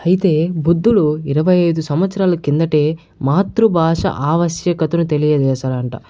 అయితే బుద్ధుడు ఇరవై ఐదు సంవత్సరాల కిందటే మాతృభాష ఆవశ్యకతను తెలియజేశారంట